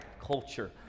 culture